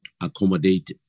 accommodate